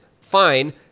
fine